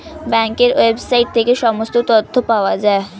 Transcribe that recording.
ব্যাঙ্কের ওয়েবসাইট থেকে সমস্ত তথ্য পাওয়া যায়